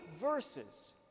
verses